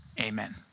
Amen